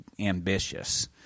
ambitious